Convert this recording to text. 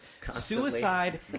Suicide